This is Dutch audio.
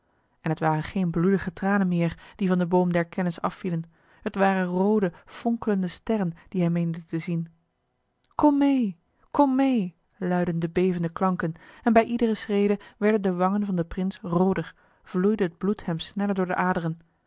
en het waren geen bloedige tranen meer die van den boom der kennis afvielen het waren roode fonkelende sterren die hij meende te zien kom mee kom mee luidden de bevende klanken en bij iedere schrede werden de wangen van den prins rooder vloeide het bloed hem sneller door de aderen